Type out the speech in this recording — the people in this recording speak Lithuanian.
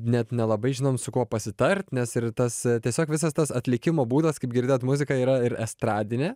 net nelabai žinom su kuo pasitart nes ir tas tiesiog visas tas atlikimo būdas kaip girdėjot muzika yra ir estradinė